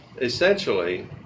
essentially